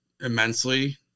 immensely